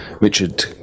Richard